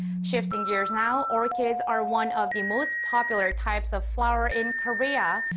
shifting gears now. orchids are one of the most popular types of flower in korea.